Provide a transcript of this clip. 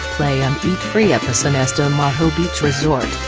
play and eat free at the sonesta maho beach resort.